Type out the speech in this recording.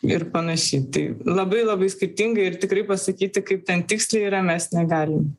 ir panašiai tai labai labai skirtingai ir tikrai pasakyti kaip ten tiksliai yra mes negalim